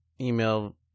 email